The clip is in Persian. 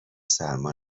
سرما